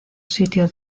sitio